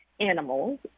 animals